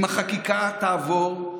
אם החקיקה תעבור,